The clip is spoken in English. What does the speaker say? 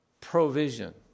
provision